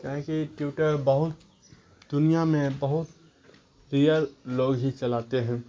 کیا ہے کہ ٹیوٹر بہت دنیا میں بہت ریئل لوگ ہی چلاتے ہیں